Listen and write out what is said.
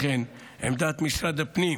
לכן עמדת משרד הפנים,